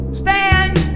stand